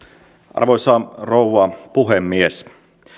arvoisa rouva puhemies